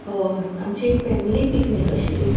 होय आमची एक फॅमिली पिकनीक आशिल्ली